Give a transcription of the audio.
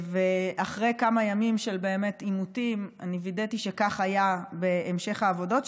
אחרי כמה ימים של עימותים אני וידאתי שכך היה בהמשך העבודות,